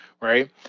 right